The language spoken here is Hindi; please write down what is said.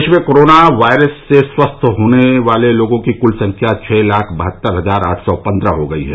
देश में कोरोना वायरस से स्वस्थ लोगों की कुल संख्या छह लाख बारह हजार आठ सौ पंद्रह हो गई है